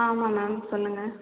ஆமாம் மேம் சொல்லுங்கள்